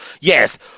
Yes